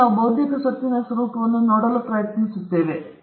ಈಗ ನಾವು ಬೌದ್ಧಿಕ ಸ್ವತ್ತಿನ ಸ್ವರೂಪವನ್ನು ನೋಡಲು ಪ್ರಯತ್ನಿಸುತ್ತೇವೆ